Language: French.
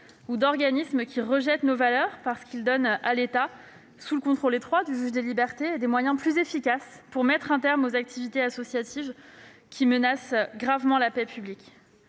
ou d'organismes qui rejettent nos valeurs et parce qu'il donne à l'État, sous le contrôle étroit du juge des libertés, des moyens plus efficaces pour mettre un terme aux activités associatives qui menacent gravement la paix publique.